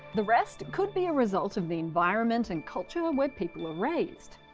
the rest, could be a result of the environment and culture where people are raised.